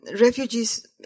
refugees